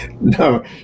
No